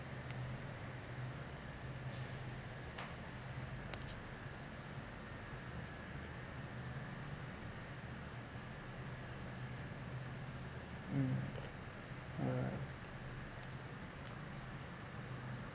mm alright